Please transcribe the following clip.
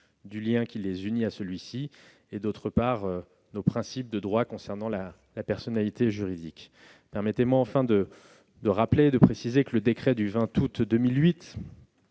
du lien qui les unit à celui-ci, et, d'autre part, nos principes de droit concernant la personnalité juridique. Permettez-moi enfin de rappeler que le décret du 20 août 2008